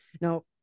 Now